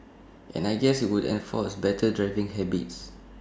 and I guess IT would enforce better driving habits